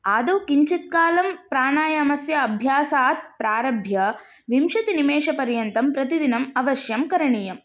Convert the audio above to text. आदौ किञ्चिद् कालं प्राणायामस्य अभ्यासात् प्रारभ्य विंशतिनिमेषपर्यन्तं प्रतिदिनम् अवश्यं करणीयं